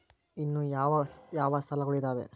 ಇನ್ನು ಯಾವ ಯಾವ ಸಾಲಗಳು ಇದಾವೆ?